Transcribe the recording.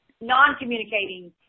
non-communicating